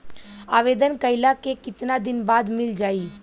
आवेदन कइला के कितना दिन बाद मिल जाई?